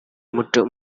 muto